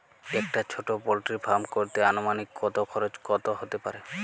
একটা ছোটো poultry farm করতে আনুমানিক কত খরচ কত হতে পারে?